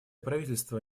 правительство